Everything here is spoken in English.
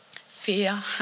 Fear